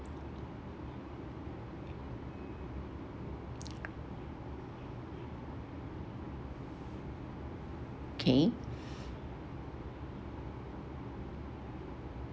okay